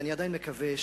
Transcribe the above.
ואני עדיין מקווה,